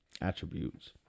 attributes